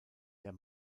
der